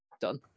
done